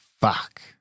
fuck